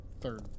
third